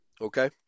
Okay